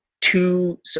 two